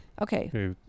okay